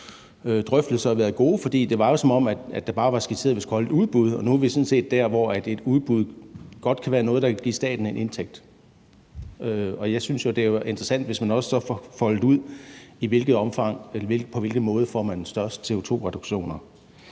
indtil nu har været gode, for det var jo skitseret, som om vi bare skulle lave et udbud, og nu er vi sådan set der, hvor et udbud godt kan være noget, der vil give staten en indtægt. Og jeg synes jo, det er interessant, hvis man også får foldet ud, i hvilket omfang og på hvilken måde man så får CO2-reduktioner.